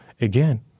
again